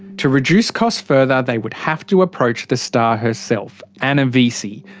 to reduce costs further they would have to approach the star herself, anna vissi,